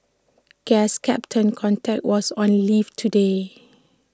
guess captain context was on leave today